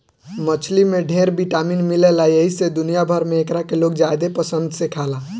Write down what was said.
मछली में ढेर विटामिन मिलेला एही से दुनिया भर में एकरा के लोग ज्यादे पसंद से खाला